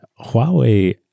Huawei